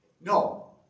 no